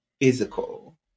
physical